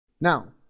Now